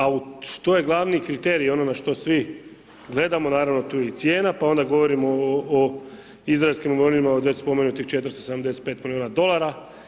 A što je glavni kriterij onoga što svi gledamo naravno tu je i cijena, pa onda govorimo o izraelskim avionima od već spomenutih 475 milijuna dolara.